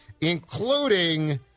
including